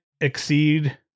exceed